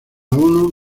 uno